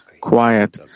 quiet